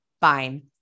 fine